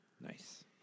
Nice